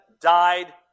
died